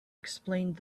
explained